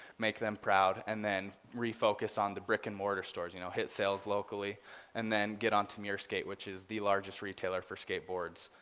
make them proud and then refocus on the brick and mortar stores, you know hit sales locally and then get onto mere skate which is the largest retailer for skateboards,